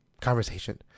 conversation